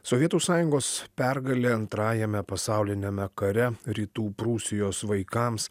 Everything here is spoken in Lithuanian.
sovietų sąjungos pergalė antrajame pasauliniame kare rytų prūsijos vaikams